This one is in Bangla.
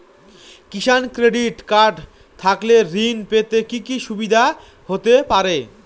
কিষান ক্রেডিট কার্ড থাকলে ঋণ পেতে কি কি সুবিধা হতে পারে?